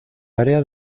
área